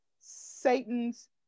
Satan's